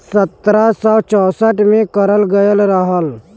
सत्रह सौ चौंसठ में करल गयल रहल